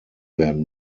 werden